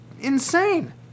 insane